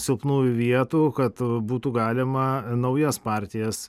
silpnųjų vietų kad būtų galima naujas partijas